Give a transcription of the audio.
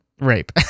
rape